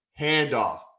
handoff